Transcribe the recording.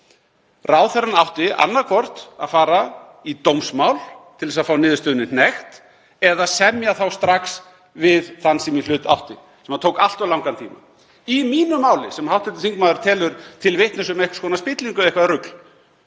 Ráðherrann átti annaðhvort að fara í dómsmál til að fá niðurstöðunni hnekkt eða semja strax við þann sem í hlut átti, sem tók allt of langan tíma. Í mínu máli, sem hv. þingmaður telur til vitnis um einhvers konar spillingu eða eitthvert rugl,